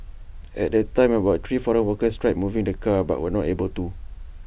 at the time about three foreign workers tried moving the car but were not able to